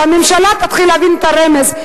שהממשלה תתחיל להבין את הרמז.